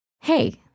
Hey